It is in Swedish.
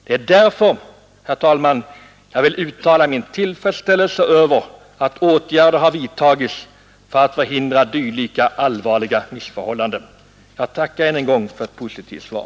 Det är därför jag vill uttala min tillfredsställelse över att åtgärder har vidtagits för att förhindra dylika allvarliga missförhållanden. Jag tackar än en gång för ett positivt svar.